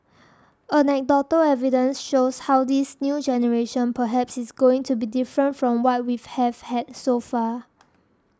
anecdotal evidence shows how this new generation perhaps is going to be different from what we have had so far